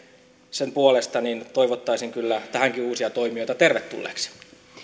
sen puolesta toivottaisin kyllä tähänkin uusia toimijoita tervetulleeksi